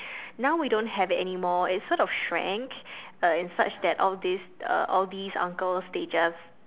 now we don't have it anymore it sort of shrank uh in such that all this uh all these uncles they just